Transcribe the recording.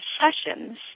sessions